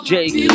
Jake